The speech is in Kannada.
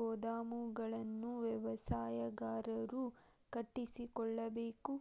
ಗೋದಾಮುಗಳನ್ನು ವ್ಯವಸಾಯಗಾರರು ಕಟ್ಟಿಸಿಕೊಳ್ಳಬೇಕು?